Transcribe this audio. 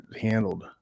handled